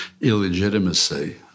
illegitimacy